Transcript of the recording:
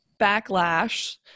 backlash